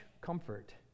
comfort